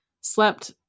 slept